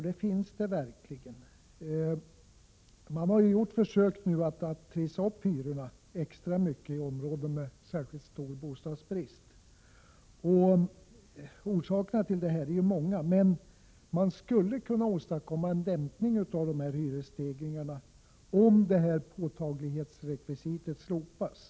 Jo, det finns det verkligen. Man har försökt trissa upp hyrorna extra mycket i områden med särskilt stor bostadsbrist. Orsakerna är många, men man skulle kunna åstadkomma en dämpning av hyresstegringarna om påtaglighetsrekvisitet slopades.